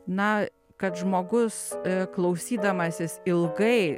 na kad žmogus klausydamasis ilgai